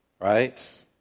Right